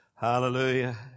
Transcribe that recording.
Hallelujah